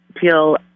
feel